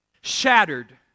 Shattered